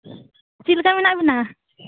ᱪᱮᱫᱞᱮᱠᱟ ᱢᱮᱱᱟᱜ ᱵᱮᱱᱟ